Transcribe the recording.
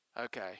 Okay